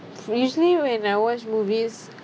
usually when I watch movies